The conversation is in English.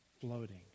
floating